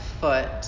foot